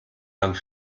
dank